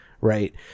right